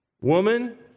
woman